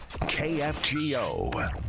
KFGO